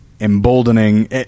emboldening